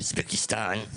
אוזבקיסטן,